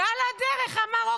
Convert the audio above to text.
ועל הדרך אמר,